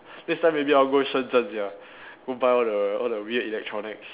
next time maybe I'll go Shenzhen sia go buy all the all the weird electronics